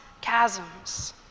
chasms